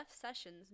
Sessions